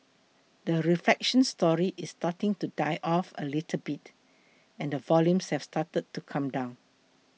the reflation story is starting to die off a little bit and the volumes have started to come down